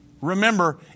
Remember